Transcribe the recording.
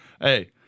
hey